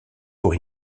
pour